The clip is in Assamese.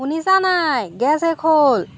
শুনিছা নাই গেছ শেষ হ'ল